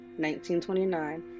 1929